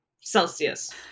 celsius